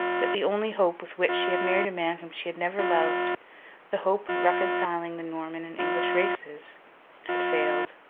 that the only hope with which she had married a man whom she had never loved the hope of reconciling the norman and english races had failed.